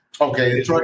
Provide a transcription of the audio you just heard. Okay